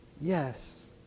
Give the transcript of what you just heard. Yes